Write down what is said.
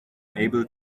able